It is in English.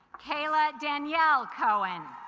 kayla danielle cohen